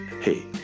Hey